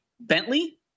Bentley